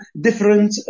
different